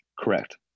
Correct